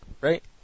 right